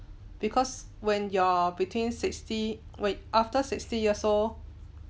because when you're between sixty wait after sixty years old